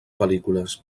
pel·lícules